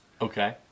Okay